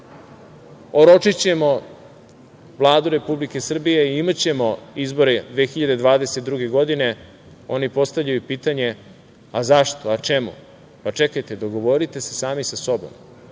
oročićemo Vladu Republike Srbije i imaćemo izbore 2022. godine, oni postavljaju pitanje – a zašto, čemu? Pa čekajte, dogovorite se sami sa sobom. To